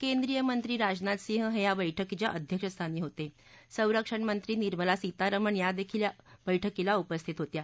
केंद्रीय मंत्री राजनाथ सिंह हा चित्रा बर्क्कीच्या अध्यक्षस्थानी होत अंरक्षण मंत्री निर्मला सीतारामन यादखील या बक्कीला उपस्थित होत्या